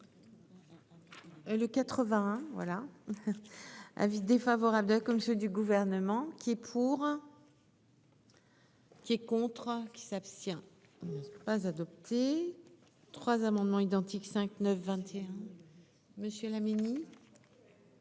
Le 81 voilà. Avis défavorable de comme ceux du gouvernement qui est pour. Qui est contrat qui s'abstient ne pas adopté. 3 amendements identiques, 5 9 21. Monsieur la